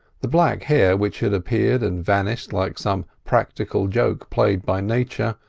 the black hair which had appeared and vanished like some practical joke played by nature,